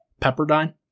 Pepperdine